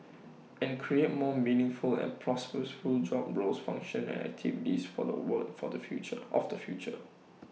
and create more meaningful and purposeful job roles function and activities for the work for the future of the future